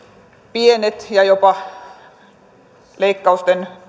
pienet ja jopa leikkausten